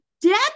death